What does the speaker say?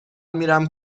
میرم